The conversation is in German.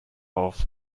auf